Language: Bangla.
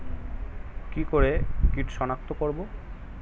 কি করে কিট শনাক্ত করব?